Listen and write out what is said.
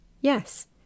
Yes